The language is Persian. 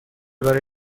برای